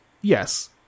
yes